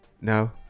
no